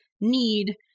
need